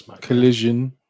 collision